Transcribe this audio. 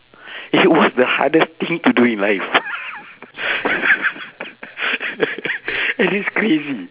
it was the hardest thing to do in life and it's crazy